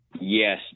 Yes